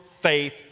faith